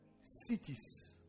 cities